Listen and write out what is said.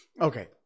Okay